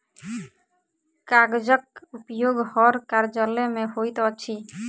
कागजक उपयोग हर कार्यालय मे होइत अछि